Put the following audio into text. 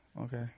okay